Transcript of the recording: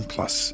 Plus